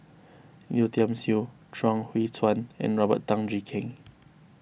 Yeo Tiam Siew Chuang Hui Tsuan and Robert Tan Jee Keng